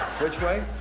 which way?